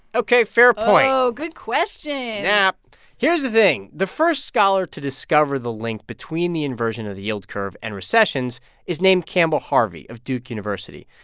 ok, fair point oh, good question yeah here's the thing. the first scholar to discover the link between the inversion of the yield curve and recessions is named campbell harvey of duke university.